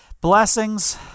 Blessings